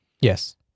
Yes